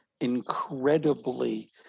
incredibly